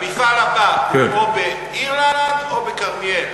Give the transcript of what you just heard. המפעל הבא הוא כמו באירלנד או בכרמיאל?